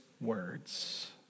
words